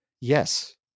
Yes